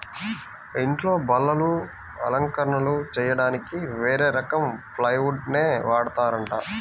ఇంట్లో బల్లలు, అలంకరణలు చెయ్యడానికి వేరే రకం ప్లైవుడ్ నే వాడతారంట